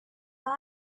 will